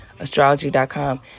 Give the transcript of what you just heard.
astrology.com